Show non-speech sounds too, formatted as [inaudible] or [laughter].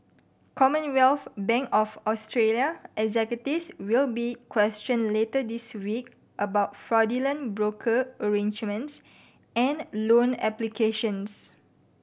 Commonwealth Bank of Australia [unintelligible] will be questioned later this week about fraudulent broker arrangements and loan applications